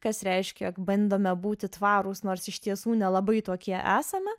kas reiškia jog bandome būti tvarūs nors iš tiesų nelabai tokie esame